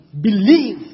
believe